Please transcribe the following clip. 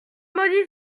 maudit